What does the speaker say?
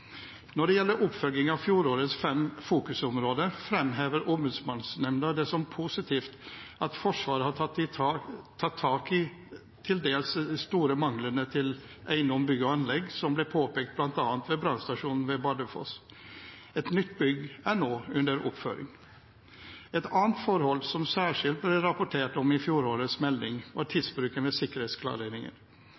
Når det gjelder oppfølging av fjorårets fem fokusområder, fremhever Ombudsmannsnemnda det som positivt at Forsvaret har tatt tak i de til dels store manglene i eiendom, bygg og anlegg som ble påpekt bl.a. ved brannstasjonen ved Bardufoss flystasjon. Et nytt bygg er nå under oppføring. Et annet forhold som særskilt ble rapportert om i fjorårets melding, var